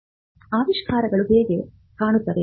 ಆವಿಷ್ಕಾರಗಳು ಹೇಗೆ ಕಾಣುತ್ತವೆ ಆವಿಷ್ಕಾರಗಳು ಹೇಗೆ ಕಾಣುತ್ತವೆ